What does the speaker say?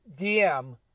DM